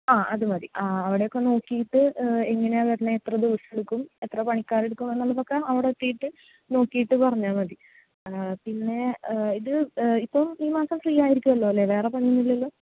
ആ അത് മതി അവിടെ ഒക്കെ നോക്കിയിട്ട് എങ്ങനെയാണ് വരണത് എത്ര ദിവസമെടുക്കും എത്ര പണിക്കാർ എടുക്കും എന്നുള്ളതൊക്കെ അവിടെ എത്തിയിട്ട് നോക്കിയിട്ട് പറഞ്ഞാൽ മതി പിന്നെ ഇത് ഇപ്പോൾ ഈ മാസം ഫ്രീ ആയിരിക്കുമല്ലോ അല്ലേ വേറെ പണി ഒന്നും ഇല്ലല്ലോ